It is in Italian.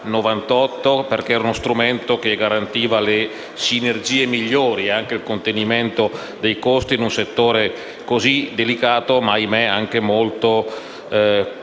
perché era uno strumento che garantiva le sinergie migliori e anche il contenimento dei costi in un settore così delicato, ma, ahimè, anche molto costoso